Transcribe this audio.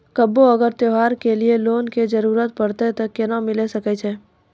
कभो अगर त्योहार के लिए लोन के जरूरत परतै तऽ केना मिल सकै छै?